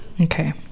Okay